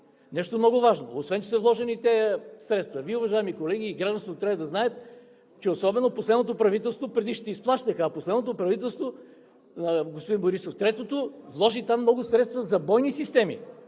Нещо много важно! Освен че са вложени тези средства – Вие, уважаеми колеги, и гражданството трябва да знаят, че особено последното правителство, предишните изплащаха, а последното правителство – третото на господин Борисов, вложи там много средства за бойни системи